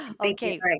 Okay